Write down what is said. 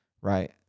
right